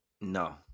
No